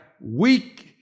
weak